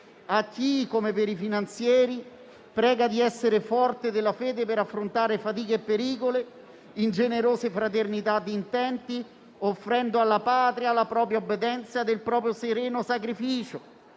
A chi, come per i finanzieri, prega di essere forte della fede per affrontare fatiche e pericoli, ingenerose fraternità di intenti, offrendo alla Patria la propria obbedienza e il proprio sereno sacrificio.